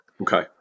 Okay